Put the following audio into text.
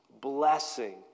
blessing